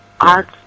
Art